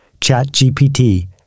ChatGPT